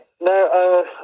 No